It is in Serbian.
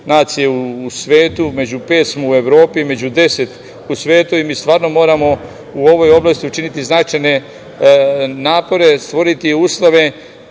nacije u svetu, među pet smo u Evropi, među 10 u svetu i mi stvarno moramo u ovoj oblasti učiniti značajne napore, stvoriti uslove